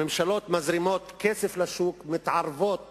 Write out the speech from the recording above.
הממשלות מזרימות כסף לשוק, מתערבות